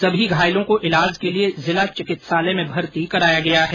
सभी घायलों को इलाज के लिए जिला अस्पताल में भर्ती कराया गया है